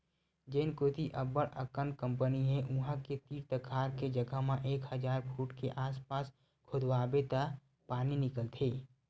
जेन कोती अब्बड़ अकन कंपनी हे उहां के तीर तखार के जघा म एक हजार फूट के आसपास खोदवाबे त पानी निकलथे